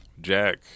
Jack